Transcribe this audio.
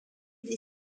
des